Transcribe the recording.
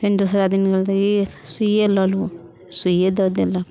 फेन दोसरा दिन गेल तऽ ई सूइयो ले लू सूइए दऽ देलक